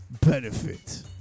benefit